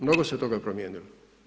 Mnogo se toga promijenilo.